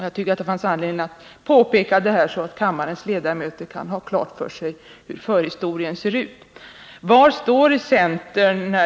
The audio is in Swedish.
Jag tycker att det finns anledning att påpeka detta, så att kammarens ledamöter kan ha klart för sig hur förhistorien ser ut. Var står centern?